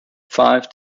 five